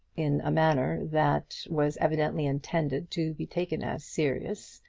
in a manner that was evidently intended to be taken as serious,